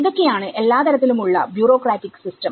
ഇതൊക്കെയാണ് എല്ലാതരത്തിലും ഉള്ള ബൂറോക്രാറ്റിക് സിസ്റ്റം